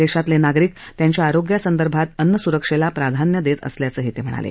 देशातले नागरिक त्यांच्या आरोग्यासंदर्भात अन्नसुरक्षेला प्राधान्य देत असल्याचंही ते म्हणाले